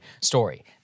story